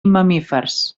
mamífers